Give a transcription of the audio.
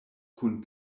kun